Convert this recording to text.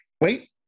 Wait